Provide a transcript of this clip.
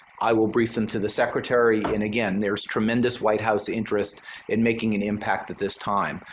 i will brief them to the secretary. and again, there's tremendous white house interest in making an impact at this time.